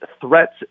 threats